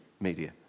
media